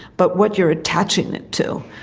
but what you're attaching it to.